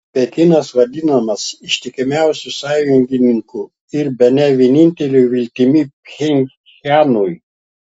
pekinas vadinamas ištikimiausiu sąjungininku ir bene vienintele viltimi pchenjanui